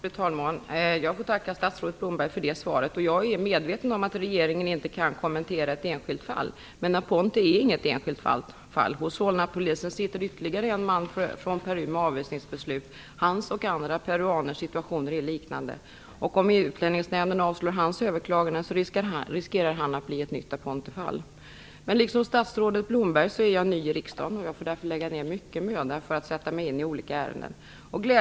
Fru talman! Jag får tacka statsrådet Blomberg för det svaret. Jag är medveten om att regeringen inte kan kommentera ett enskilt fall, men Aponte är inget enskilt fall. Hos Solnapolisen sitter ytterligare en man från Peru med avvisningsbeslut. Hans och andra peruaners situation är liknande. Om Utlänningsnämnden avslår hans överklagan riskerar han att bli ett nytt Aponte-fall. Liksom statsrådet Blomberg är ny på sin post är jag ny i riksdagen, och jag får därför lägga ner mycket möda för att sätta mig in i olika ärenden.